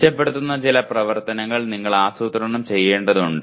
മെച്ചപ്പെടുത്തുന്ന ചില പ്രവർത്തനങ്ങൾ നിങ്ങൾ ആസൂത്രണം ചെയ്യേണ്ടതുണ്ട്